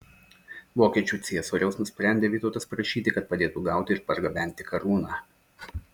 vokiečių ciesoriaus nusprendė vytautas prašyti kad padėtų gauti ir pergabenti karūną